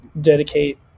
dedicate